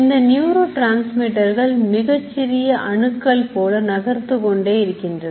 இந்த neurotransmitter கள் மிகச்சிறிய அணுக்கள் போல நகர்ந்து கொண்டே இருக்கின்றது